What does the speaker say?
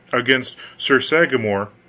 against sir sagramor,